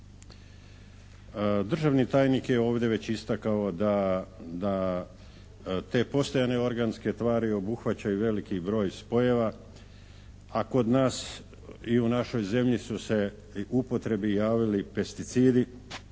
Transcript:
Državni tajnik je ovdje već istakao da te postojane organske tari obuhvaćaju veliki broj spojeva. A kod nas i u našoj zemlji su se u upotrebi javili pesticidi